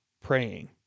praying